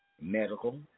medical